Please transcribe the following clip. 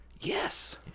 Yes